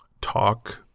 talk